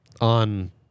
on